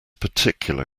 particular